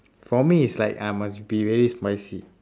for me it's like ah must be really spicy